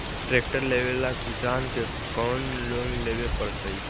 Tractor लेवेला किसान के कौन लोन लेवे पड़तई?